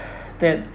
that